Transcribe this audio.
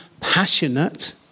passionate